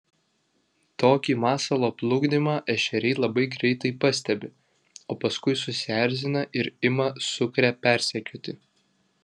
tokį masalo plukdymą ešeriai labai greitai pastebi o paskui susierzina ir ima sukrę persekioti